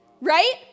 right